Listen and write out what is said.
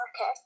Okay